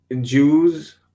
Jews